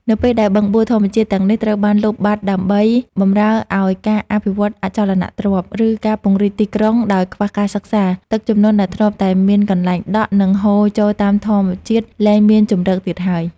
នៅពេលដែលបឹងបួរធម្មជាតិទាំងនេះត្រូវបានលុបបាត់ដើម្បីបម្រើឱ្យការអភិវឌ្ឍអចលនទ្រព្យ ឬការពង្រីកទីក្រុងដោយខ្វះការសិក្សា ទឹកជំនន់ដែលធ្លាប់តែមានកន្លែងដក់ និងហូរចូលតាមធម្មជាតិ លែងមានជម្រកទៀតហើយ។